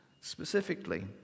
specifically